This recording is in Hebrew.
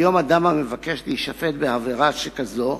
היום אדם המבקש להישפט בעבירה כזאת,